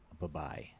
Bye-bye